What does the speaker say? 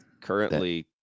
currently